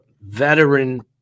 veteran